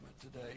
today